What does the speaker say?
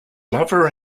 lover